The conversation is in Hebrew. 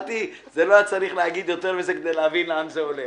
לא היה צריך להגיד מלים כדי להבין לאן זה הולך.